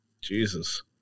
Jesus